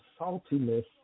saltiness